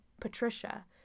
Patricia